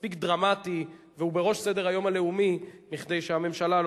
מספיק דרמטי והוא בראש סדר-היום הלאומי מכדי שהממשלה לא